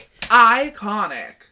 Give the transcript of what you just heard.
Iconic